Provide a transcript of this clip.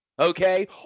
okay